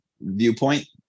viewpoint